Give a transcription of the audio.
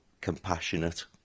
compassionate